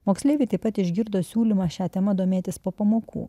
moksleiviai taip pat išgirdo siūlymą šia tema domėtis po pamokų